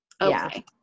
Okay